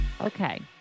okay